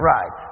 Right